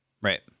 Right